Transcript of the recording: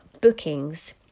bookings